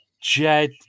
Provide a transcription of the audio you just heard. Jed